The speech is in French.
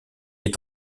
est